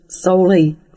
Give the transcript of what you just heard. solely